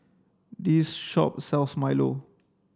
this shop sells milo